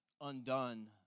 undone